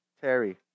Terry